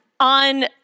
On